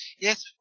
Yes